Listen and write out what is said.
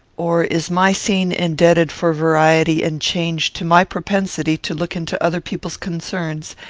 or is my scene indebted for variety and change to my propensity to look into other people's concerns,